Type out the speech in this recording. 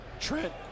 Trent